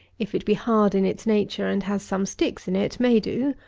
if it be hard in its nature and has some sticks in it, may do.